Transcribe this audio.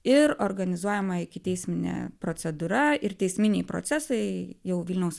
ir organizuojama ikiteisminė procedūra ir teisminiai procesai jau vilniaus